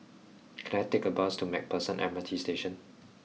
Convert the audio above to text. can I take a bus to MacPherson M R T Station